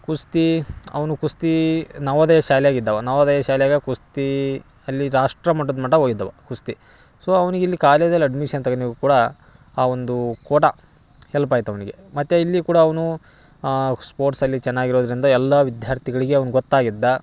ಕುಸ್ತಿ ಅವನು ಕುಸ್ತಿ ನವೋದಯ ಶಾಲ್ಯಾಗ ಇದ್ದವ ನವೋದಯ ಶಾಲೆಗೆ ಕುಸ್ತಿ ಅಲ್ಲಿ ರಾಷ್ಟ್ರಮಟ್ಟದ ಮಟ್ಟ ಹೋಗಿದ್ದವ ಕುಸ್ತಿ ಸೊ ಅವ್ನಿಗೆ ಇಲ್ಲಿ ಕಾಲೇಜಲ್ಲಿ ಅಡ್ಮಿಷನ್ ಕೂಡ ಆ ಒಂದು ಕೋಟ ಹೆಲ್ಪ್ ಆಯ್ತು ಅವನಿಗೆ ಮತ್ತೆ ಇಲ್ಲಿ ಕೂಡ ಅವ್ನು ಸ್ಪೋರ್ಟ್ಸಲ್ಲಿ ಚೆನ್ನಾಗಿರೋದರಿಂದ ಎಲ್ಲ ವಿದ್ಯಾರ್ಥಿಗಳಿಗೆ ಅವ್ನ ಗೊತ್ತಾಗಿದ್ದ